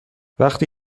وقتی